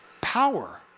Power